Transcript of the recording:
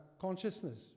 consciousness